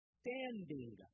standing